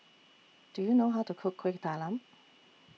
Do YOU know How to Cook Kuih Talam